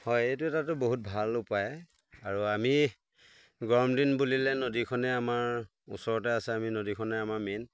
হয় এইটো তাতো বহুত ভাল উপায় আৰু আমি গৰম দিন বুলিলে নদীখনেই আমাৰ ওচৰতে আছে আমি নদীখনে আমাৰ মেইন